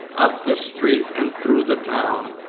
up the street and through the town.